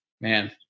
Man